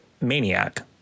Maniac